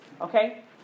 okay